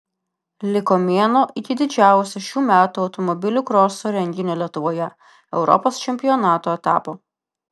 liko mėnuo iki didžiausio šių metų automobilių kroso renginio lietuvoje europos čempionato etapo